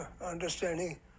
understanding